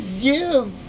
give